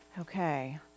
Okay